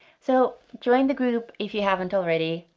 so join the group if you haven't already,